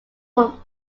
from